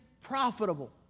profitable